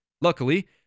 Luckily